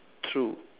through